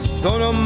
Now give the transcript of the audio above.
sono